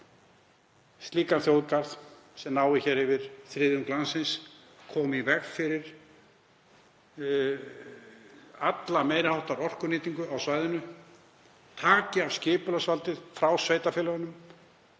slíkan þjóðgarð sem á að ná yfir þriðjung landsins, koma í veg fyrir alla meiri háttar orkunýtingu á svæðinu, taka skipulagsvaldið frá sveitarfélögunum,